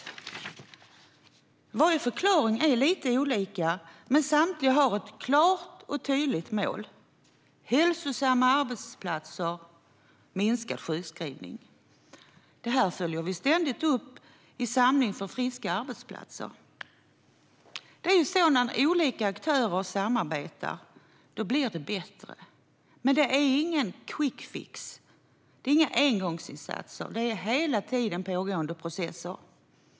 Alla avsiktsförklaringar är lite olika, men samtliga har ett klart och tydligt mål: hälsosamma arbetsplatser och minskad sjukskrivning. Det här följer vi ständigt upp i vår samling för friska arbetsplatser. När olika aktörer samarbetar blir det bättre. Men det är ingen quickfix. Det är inga engångsinsatser, utan det är hela tiden pågående processer.